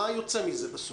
מה יוצא מזה בסוף?